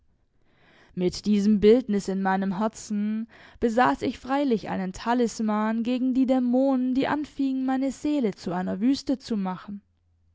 mit diesem bildnis in meinem herzen besaß ich freilich einen talisman gegen die dämonen die anfingen meine seele zu einer wüste zu machen